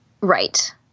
Right